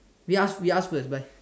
we ask we ask bye